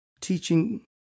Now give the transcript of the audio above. teaching